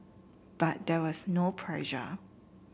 but there was no pressure